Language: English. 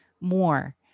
more